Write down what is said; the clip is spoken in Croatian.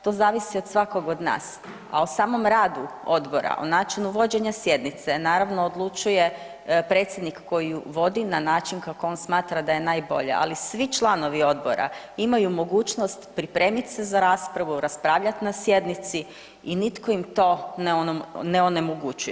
To zavisi o svakom od nas, a o samom radu odbora, o načinu vođenja sjednice naravno odlučuje predsjednik koji ju vodi na način kako on smatra da je najbolje, ali svi članovi odbora imaju mogućnost pripremit se za raspravu, raspravljati na sjednici i nitko im to ne onemogućuje.